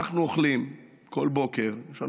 יש לנו 200 תלמידים, ואנחנו אוכלים כל בוקר בכלי